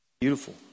Beautiful